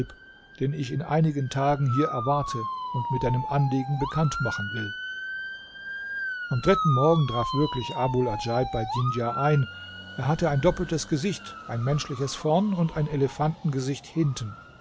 den ich in einigen tagen hier erwarte und mit deinem anliegen bekannt machen will am dritten morgen traf wirklich abul adjaib bei djindar ein er hatte ein doppeltes gesicht ein menschliches vorn und ein elefantengesicht hinten